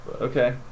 Okay